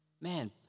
Man